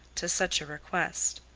to such a request.